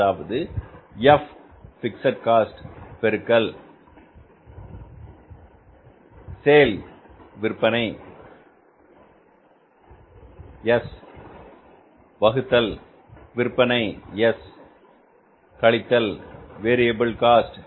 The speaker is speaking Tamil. அதாவது பிக்ஸட் காஸ்ட் பெருக்கல் விற்பனை வகுத்தல் விற்பனை கழித்தல் வேரியபில் காஸ்ட்